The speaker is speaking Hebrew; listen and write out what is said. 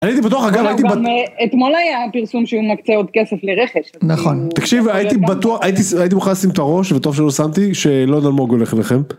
הייתי בטוח אגב... אתמול היה פרסום שהוא מקצה עוד כסף לרכש נכון תקשיבי הייתי בטוח הייתי מוכן לשים את הראש וטוב שלא שמתי שאלמוג הולך אליכם